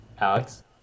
Alex